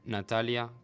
Natalia